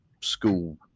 school